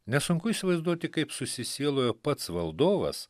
nesunku įsivaizduoti kaip susisielojo pats valdovas